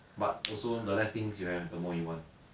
but also the less things you have the more you want